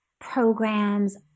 programs